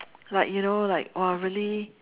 like you know like !wah! really